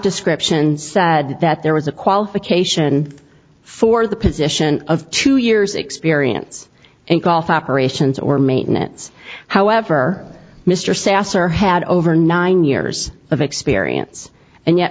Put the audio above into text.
description sad that there was a qualification for the position of two years experience and golf apparitions or maintenance however mr sasser had over nine years of experience and yet